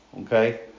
Okay